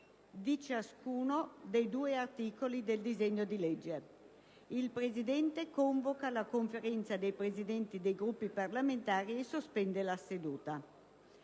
Grazie,